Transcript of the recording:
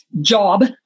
job